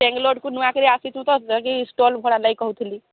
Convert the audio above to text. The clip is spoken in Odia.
ବେଙ୍ଗଲୋର୍କୁ ନୂଆ କରି ଆସିଛୁ ତ ଷ୍ଟଲ ଭଡ଼ା ଲାଗି କହୁଥିଲି